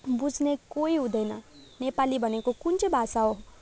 बुझ्ने कोही हुँदैन नेपाली भनेको कुन चाहिँ भाषा हो